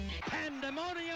Pandemonium